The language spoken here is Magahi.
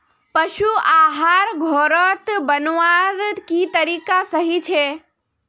पशु आहार घोरोत बनवार की तरीका सही छे?